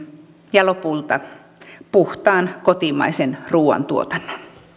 ja lopulta puhtaan kotimaisen ruuan tuotannon